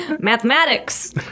Mathematics